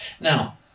Now